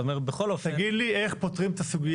אתה אומר בכל אופן --- תגיד לי איך פותרים את הסוגיה.